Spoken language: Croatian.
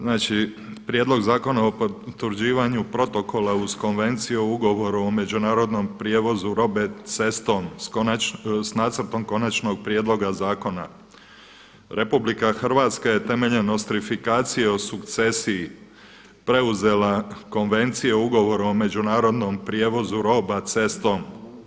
Znači prijedlog Zakona o potvrđivanju protokola uz konvenciju o ugovoru o međunarodnom prijevozu robe cestom s nacrtom konačnog prijedloga zakona RH je temeljem nostrifikacije o sukcesiji preuzela konvencije o ugovoru o međunarodnom prijevozu roba cestom.